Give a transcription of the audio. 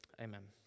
amen